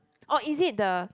or is it the